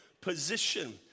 position